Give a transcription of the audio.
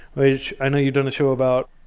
which i know you done a show about.